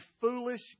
foolish